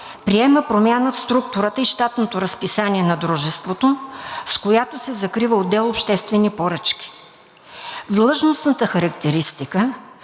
приема промяна в структурата и щатното разписание на дружеството, с която се закрива отдел „Обществени поръчки“. В длъжностната характеристика